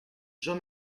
jean